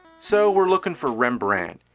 so we are looking for rembrandt,